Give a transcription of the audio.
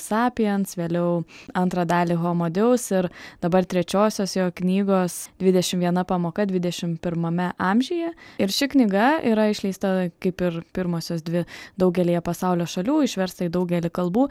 sapiens vėliau antrą dalį homo deus ir dabar trečiosios jo knygos dvidešim viena pamoka dvidešim pirmame amžiuje ir ši knyga yra išleista kaip ir pirmosios dvi daugelyje pasaulio šalių išversta į daugelį kalbų